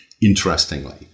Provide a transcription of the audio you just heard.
interestingly